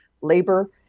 labor